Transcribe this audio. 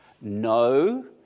No